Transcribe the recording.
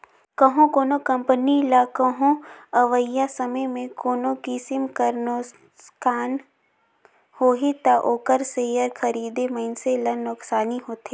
कहों कोनो कंपनी ल कहों अवइया समे में कोनो किसिम कर नोसकान होही ता ओकर सेयर खरीदे मइनसे ल नोसकानी होथे